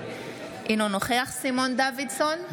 אינו נוכח סימון דוידסון,